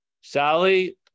Sally